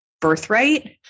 birthright